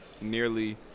nearly